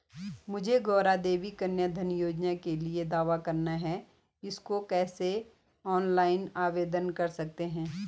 मुझे गौरा देवी कन्या धन योजना के लिए दावा करना है इसको कैसे ऑनलाइन आवेदन कर सकते हैं?